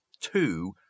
two